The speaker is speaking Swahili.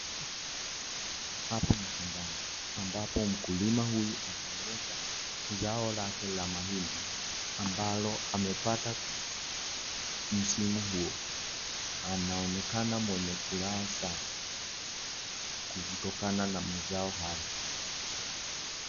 Hapa ni shambani ambapo mkulima huyu anaonyesha zao lake la mahindi ambalo amepata msimu huo. Anaonekana mwenye furaha sana kutokana na mazao haya.